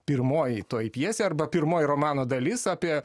pirmoji toji pjesė arba pirmoji romano dalis apie